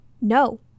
No